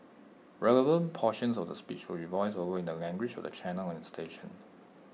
relevant portions of the speech will be voiced over in the language of the channel and station